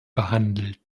behandelt